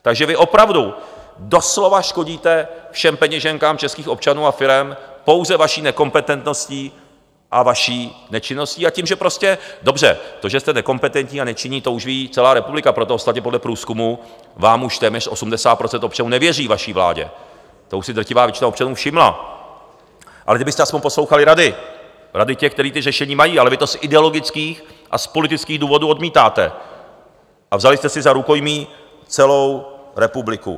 Takže vy opravdu doslova škodíte všem peněženkám českých občanů a firem pouze vaší nekompetentností a vaší nečinností a tím, že prostě dobře, to, že jste nekompetentní a nečinní, to už ví celá republika, proto ostatně podle průzkumu vám už téměř 80 % občanů nevěří vaší vládě, to už si drtivá většina občanů všimla, ale kdybyste aspoň poslouchali rady, rady těch, kteří to řešení mají, ale vy to z ideologických a z politických důvodů odmítáme a vzali jste si za rukojmí celou republiku.